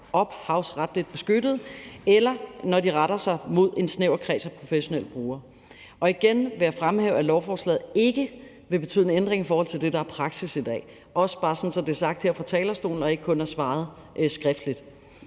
ophavsretligt beskyttet, eller når de retter sig mod en snæver kreds af professionelle brugere. Igen vil jeg fremhæve, at lovforslaget ikke vil betyde en ændring i forhold til det, der er praksis i dag, også bare så det er sagt her fra talerstolen og ikke kun er svaret skriftligt.